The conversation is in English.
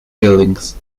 buildings